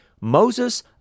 Moses